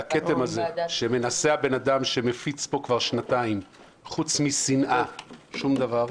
והכתם הזה שמנסה הבן אדם שמפיץ פה כבר שנתיים חוץ משנאה שום דבר,